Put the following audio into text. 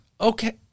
okay